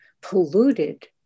polluted